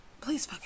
Please